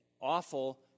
awful